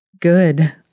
Good